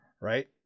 right